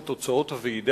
את תוצאות הוועידה,